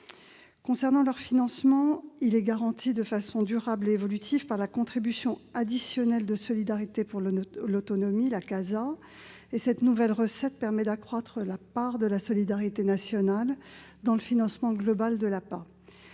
de leur financement, il est garanti, de façon durable et évolutive, par la contribution additionnelle de solidarité pour l'autonomie, la CASA. Cette recette nouvelle permet d'accroître la part de la solidarité nationale dans le financement global de l'APA.